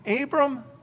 Abram